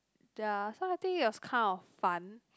ya so I think it was kind of fun